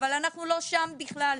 אבל אנחנו לא שם בכלל.